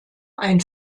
ein